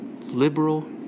liberal